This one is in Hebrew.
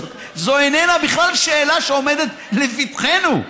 זו איננה בכלל שאלה שעומדת לפתחנו.